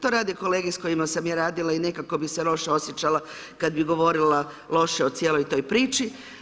To rade kolege s kojima sam ja radila i nekako bih se loše osjećala kad bi govorila loše o cijeloj toj priči.